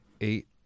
Eight